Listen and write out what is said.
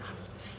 I'm too